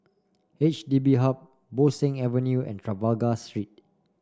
H D B Hub Bo Seng Avenue and Trafalgar Street